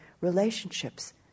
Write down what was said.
relationships